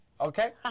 okay